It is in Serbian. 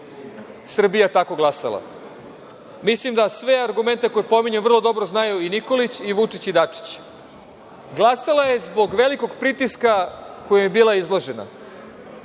Srbija tako glasala. Mislim da sve argumente koje pominjem vrlo dobro znaju i Nikolić, i Vučić, i Dačić. Glasa je zbog velikog pritiska kojem je bila izložena.